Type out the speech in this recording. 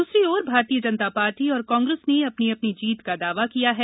दूसरी ओर भारतीय जनता पार्टी और कांग्रेस ने अपनी अपनी जीत का दावा किया है